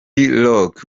rock